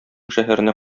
шәһәренә